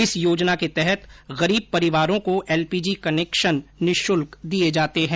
इस योजना के तहत गरीब परिवारों को एलपीजी कनेक्शन निशुल्क दिये जाते हैं